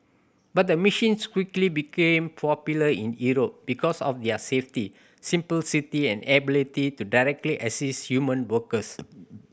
but the machines quickly became popular in Europe because of their safety simplicity and ability to directly assist human workers